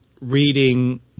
reading